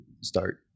start